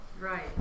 Right